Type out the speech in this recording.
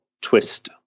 twist